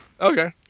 Okay